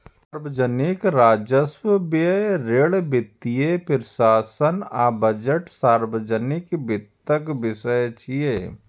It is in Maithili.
सार्वजनिक राजस्व, व्यय, ऋण, वित्तीय प्रशासन आ बजट सार्वजनिक वित्तक विषय छियै